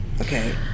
okay